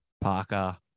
Parker